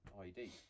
ID